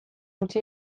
utzi